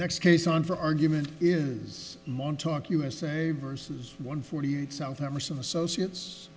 next case on for argument is montauk usa versus one forty eight south emerson associates